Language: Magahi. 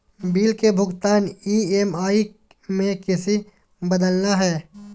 बिल के भुगतान ई.एम.आई में किसी बदलना है?